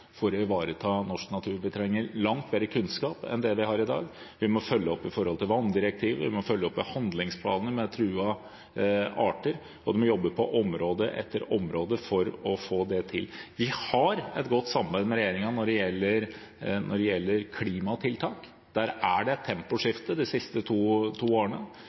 for å ivareta norsk natur. Vi trenger langt mer kunnskap enn det vi har i dag. Vi må følge opp vanndirektivet, og vi må følge opp med handlingsplaner for truede arter – vi må jobbe på område etter område for å få det til. Vi har et godt samarbeid med regjeringen når det gjelder klimatiltak. Der har det vært et temposkifte de siste to årene,